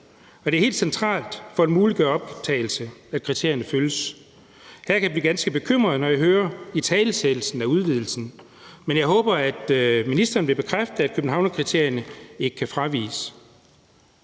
Det er helt centralt for at muliggøre optagelse, at kriterierne følges. Her kan jeg blive ganske bekymret, når jeg hører italesættelsen af udvidelsen. Men jeg håber, at ministeren vil bekræfte, at Københavnerkriterierne ikke kan fraviges.